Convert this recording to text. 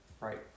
right